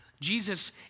Jesus